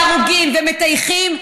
הורגים וקוברים את ההרוגים ומטייחים.